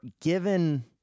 given